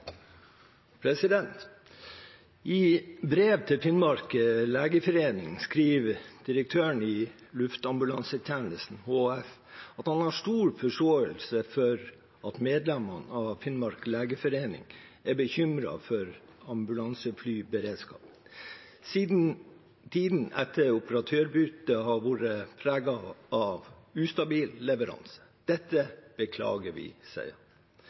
brev til Finnmark legeforening skriver direktøren i Luftambulansetjenesten HF at han har «stor forståelse for at medlemmene av Finnmark legeforening er bekymret for ambulanseflyberedskapen, siden tiden etter operatørbyttet har vært preget av ustabil leveranse. Dette beklager vi».